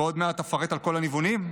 ועוד מעט אפרט את כל הניוונים.